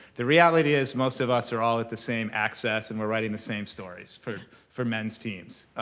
the reality is most of us are all at the same access and we're writing the same stories for for men's teams.